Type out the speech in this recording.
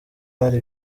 hari